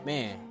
Man